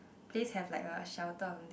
place have like a shelter